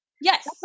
Yes